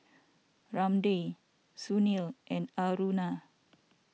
Ramdev Sunil and Aruna